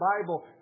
Bible